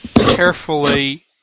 carefully